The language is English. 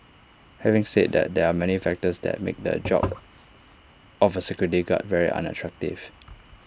having said that there are many factors that make the job of A security guard very unattractive